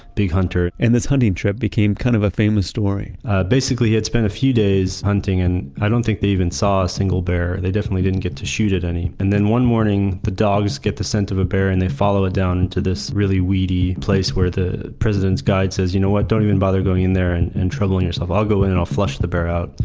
big hunter and this hunting trip became kind of a famous story basically he had spent a few days hunting and i don't think they even saw a single bear. they definitely didn't get to shoot at any. and then one morning, the dogs get the scent of a bear and they follow it down to this really weedy place where the president's guide says, you know what? don't bother going in there and and troubling yourself. i'll go in there and i'll flush the bear out.